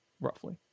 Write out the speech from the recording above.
Roughly